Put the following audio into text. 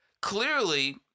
Clearly